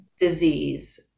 disease